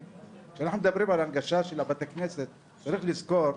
כשאנחנו מדברים על הנגשה של בתי כנסת, צריך לזכור,